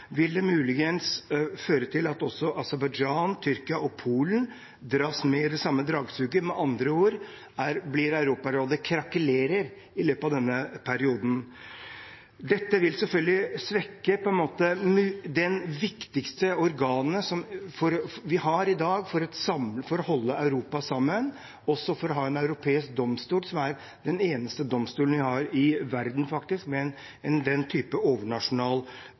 vil det muligens føre til at også Aserbajdsjan, Tyrkia og Polen dras med i det samme dragsuget. Med andre ord vil Europarådet krakelere i løpet av denne perioden. Dette vil selvfølgelig svekke det viktigste organet vi i dag har for å holde Europa sammen og for å ha en europeisk domstol, som faktisk er den eneste domstolen vi har i verden av den type overnasjonal karakter. Dette har også sikkerhetspolitiske konsekvenser fordi fiendebildet av Russland i en